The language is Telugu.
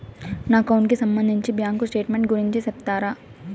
నా అకౌంట్ కి సంబంధించి బ్యాంకు స్టేట్మెంట్ గురించి సెప్తారా